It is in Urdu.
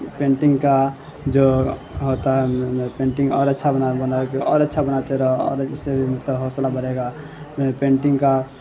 پینٹنگ کا جو ہوتا ہے میں پینٹنگ اور اچھا بناؤں اور اچھا بناتے رہو اور اس سے بھی مطلب حوصلہ بڑھے گا میں پینٹنگ کا